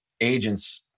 agents